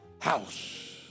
house